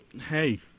Hey